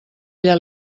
ella